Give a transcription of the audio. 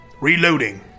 Reloading